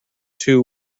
two